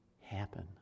happen